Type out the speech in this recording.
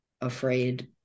afraid